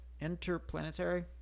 Interplanetary